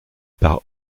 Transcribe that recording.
par